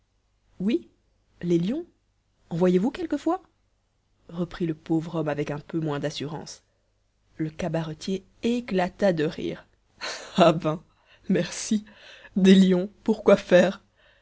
oui les lions en voyez-vous quelquefois reprit le pauvre homme avec un peu moins d'assurance le cabaretier éclata de rire ah ben merci des lions pourquoi faire